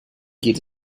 geht